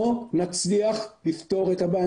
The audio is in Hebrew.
לא נצליח לפתור את הבעיה.